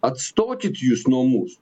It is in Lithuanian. atstokit jūs nuo mūsų